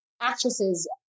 Actresses